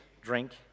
drink